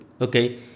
okay